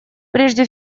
прежде